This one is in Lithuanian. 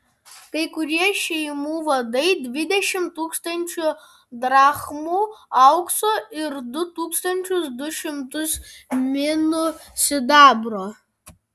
kai kurie šeimų vadai dvidešimt tūkstančių drachmų aukso ir du tūkstančius du šimtus minų sidabro